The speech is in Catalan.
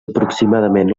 aproximadament